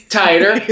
tighter